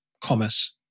commerce